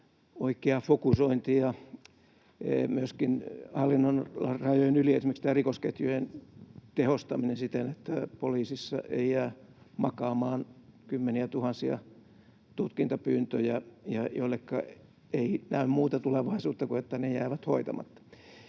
oikea fokusointi ja myöskin esimerkiksi rikosketjujen tehostaminen hallinnonalarajojen yli siten, että poliisissa ei jää makaamaan kymmeniätuhansia tutkintapyyntöjä, joilleka ei näy muuta tulevaisuutta kuin se, että ne jäävät hoitamatta.